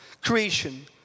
creation